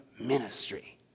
ministry